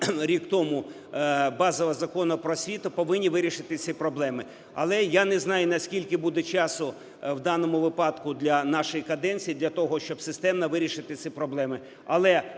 рік тому базового Закону "Про освіту" повинні вирішити ці проблеми. Але я не знаю, наскільки буде часу в даному випадку для нашої каденції для того, щоб системно вирішити ці проблеми.